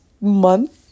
month